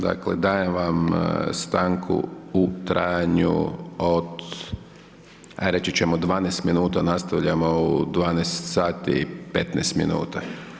Dakle dajem vam stanku u trajanju od ajde reći ćemo, 12 minuta, nastavljamo u 12 i 15 minuta.